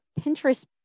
Pinterest